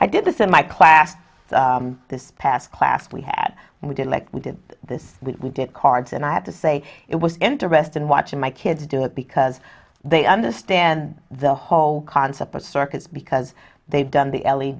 i did this in my class this past class we had we did like we did this we did cards and i have to say it was interesting watching my kids do it because they understand the whole concept circuits because they've done the l